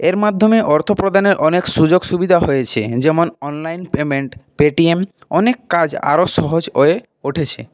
এর মাধ্যমে অর্থ প্রদানের সুযোগ সুবিধা হয়েছে যেমন অনলাইন পেমেন্ট পেটিএম অনেক কাজ আরো সহজ হয়ে উঠেছে